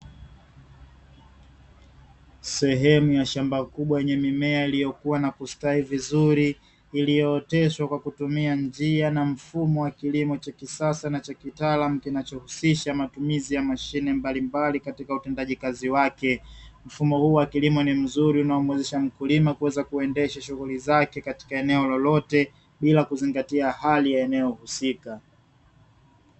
Sehemu ya shamba kubwa yenye mimea mizuri iliyokua na kustawi vizuri iliyooteshwa kwa kutumia njia na mfumo wa kilimo cha kisasa na kitaalamu kinachohusisha matumizi ya mashine mbalimbali katika utendaji kazi wake, mfumo huu wa kilimo ni mzuri unaomuezesha mkulima kuweza kuendesha shughuli zake katika eneo lolote bila kuzingatia hali ya eneo husika.